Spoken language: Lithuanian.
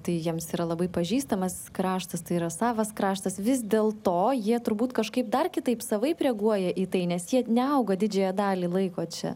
tai jiems yra labai pažįstamas kraštas tai yra savas kraštas vis dėlto jie turbūt kažkaip dar kitaip savaip reaguoja į tai nes jie neaugo didžiąją dalį laiko čia